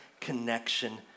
connection